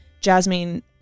Jasmine